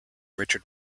richard